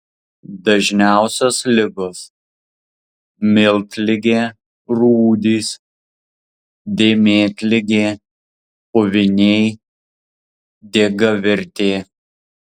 dažniausios ligos miltligė rūdys dėmėtligė puviniai diegavirtė